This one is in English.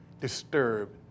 disturbed